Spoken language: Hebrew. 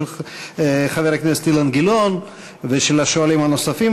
חבר הכנסת אילן גילאון ושל השואלים הנוספים.